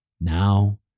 Now